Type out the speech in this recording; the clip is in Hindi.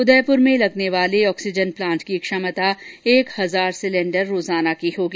उदयपुर में लगने वाले ऑक्सीजन प्लांट की सक्षमा एक हजार सिलेंडर रोजाना की होगी